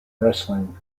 wrestling